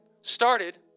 started